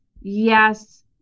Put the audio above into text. yes